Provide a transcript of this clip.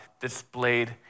displayed